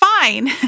fine